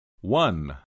One